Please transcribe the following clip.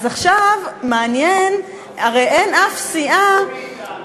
אז עכשיו מעניין, הרי אין אף סיעה, תלמדו מאתנו.